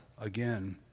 again